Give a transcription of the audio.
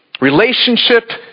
Relationship